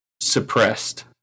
suppressed